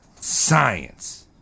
science